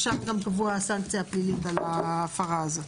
ושם גם קבועה הסנקציה הפלילית על ההפרה הזאת.